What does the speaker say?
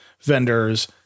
vendors